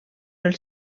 els